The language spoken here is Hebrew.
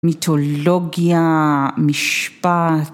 ‫מיתולוגיה, משפט.